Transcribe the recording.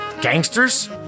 Gangsters